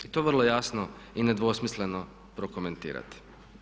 I to vrlo jasno i nedvosmisleno prokomentirati.